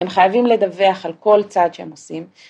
הם חייבים לדווח על כל צעד שהם עושים.